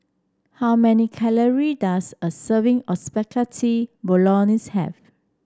how many calorie does a serving of Spaghetti Bolognese have